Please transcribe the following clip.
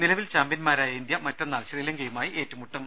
നിലവിലെ ചാമ്പ്യൻമാരായ ഇന്ത്യ മറ്റുന്നാൾ ശ്രീലങ്കയുമായി ഏറ്റുമു ട്ടും